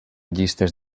llistes